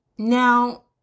Now